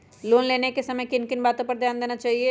Loan लेने के समय किन किन वातो पर ध्यान देना चाहिए?